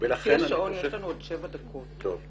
לפי השעון יש לנו עוד שבע דקות לסיום הדיון.